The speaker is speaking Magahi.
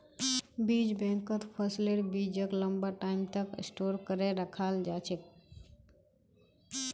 बीज बैंकत फसलेर बीजक लंबा टाइम तक स्टोर करे रखाल जा छेक